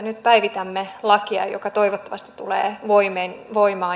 nyt päivitämme lakia joka toivottavasti tulee voimaan